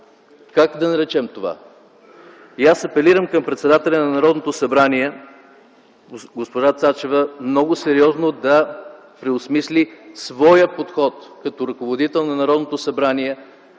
Как да наречем това? Аз апелирам към председателя на Народното събрание госпожа Цачева много сериозно да преосмисли своя подход като ръководител на Народното събрание